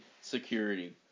security